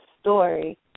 story